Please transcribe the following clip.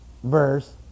verse